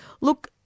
Look